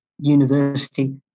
university